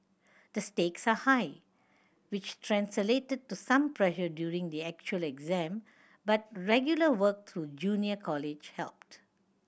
the stakes are high which translated to some pressure during the actual exam but regular work through junior college helped